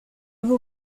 vous